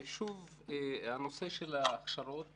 שוב, הנושא של ההכשרות